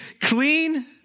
clean